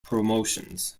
promotions